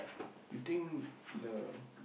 you think the